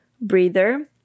breather